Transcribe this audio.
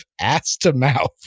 ass-to-mouth